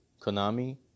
Konami